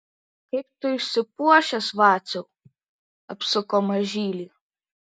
kaip tu išsipuošęs vaciau apsuko mažylį